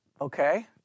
Okay